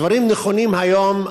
הדברים נכונים היום,